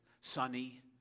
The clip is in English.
sunny